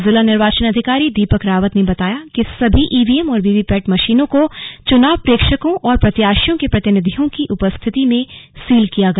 जिला निर्वाचन अधिकारी दीपक रावत ने बताया कि सभी ईवीएम और वीवीपैट मशीनों को चुनाव प्रेक्षकों और प्रत्याशियों के प्रतिनिधियों की उपस्थिति में सील किया गया